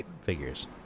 figures